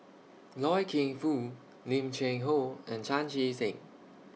Loy Keng Foo Lim Cheng Hoe and Chan Chee Seng